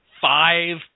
five